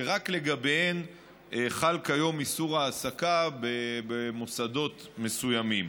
שרק לגביהן חל כיום איסור העסקה במוסדות מסוימים.